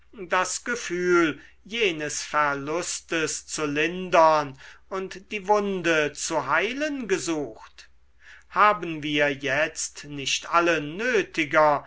das gefühl jenes verlustes zu lindern und die wunde zu heilen gesucht haben wir jetzt nicht alle nötiger